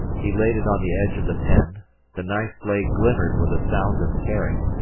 he laid it on the edge of the pen the knife-blade glimmered with a sound of tearing,